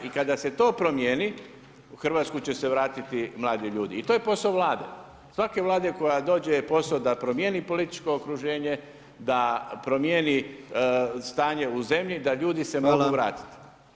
I kada se to promijeni u Hrvatsku će se vratiti mladi ljudi i to je posao Vlade, svake Vlade koja dođe je posao da promijeni političko okruženje, da promijeni stanje u zemlji da ljudi se mogu vratiti.